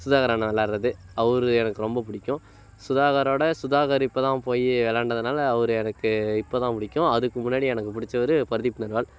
சுதாகர் அண்ணா விளாட்றது அவரு எனக்கு ரொம்ப பிடிக்கும் சுதாகரோட சுதாகர் இப்போ தான் போய் விளாண்டதுனால அவரு எனக்கு இப்போ தான் பிடிக்கும் அதுக்கு முன்னாடி எனக்கு பிடிச்சவரு பர்தீப் நர்வால்